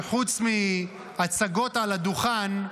שחוץ מהצגות על הדוכן,